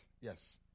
Yes